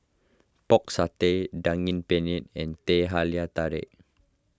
Pork Satay Daging Penyet and Teh Halia Tarik